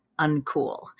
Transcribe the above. uncool